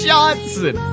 Johnson